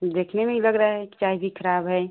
देखिए नहीं लग रहा है कि चाय भी खराब है